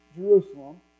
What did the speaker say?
Jerusalem